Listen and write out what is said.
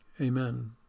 amen